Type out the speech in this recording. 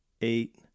eight